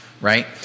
right